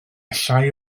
llai